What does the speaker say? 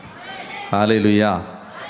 Hallelujah